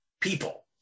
people